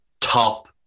top